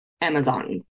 Amazon